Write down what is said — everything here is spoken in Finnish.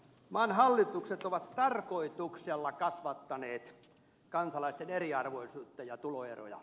maan hallitukset ovat tarkoituksella kasvattaneet kansalaisten eriarvoisuutta ja tuloeroja